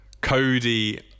Cody